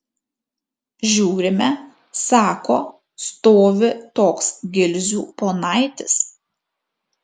žiūrime sako stovi toks gilzių ponaitis